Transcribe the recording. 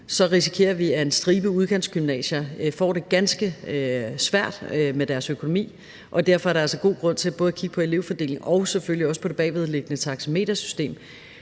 nu, risikerer vi, at en stribe udkantsgymnasier får det ganske svært med deres økonomi, og derfor er der altså god grund til både at kigge på elevfordelingen og selvfølgelig også på det bagvedliggende taxametersystem